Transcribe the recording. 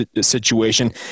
situation